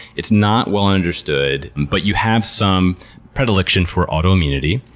it's not well understood, but you have some predilection for autoimmunity,